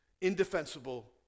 Indefensible